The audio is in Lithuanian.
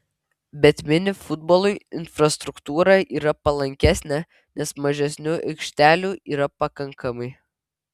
bet mini futbolui infrastruktūra yra palankesnė nes mažesniu aikštelių yra pakankamai